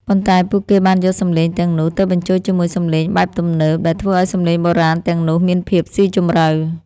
ប៉ុន្តែពួកគេបានយកសំឡេងទាំងនោះ ទៅបញ្ចូលជាមួយសំឡេងបែបទំនើប ដែលធ្វើឱ្យសំឡេងបុរាណទាំងនោះមានភាពស៊ីជម្រៅ។